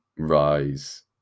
rise